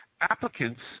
applicants